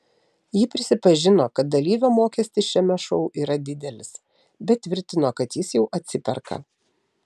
ji prisipažino kad dalyvio mokestis šiame šou yra didelis bet tvirtino kad jis jau atsiperka